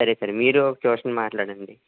సరే సార్ మీరు ట్యూషన్ మాట్లాడండి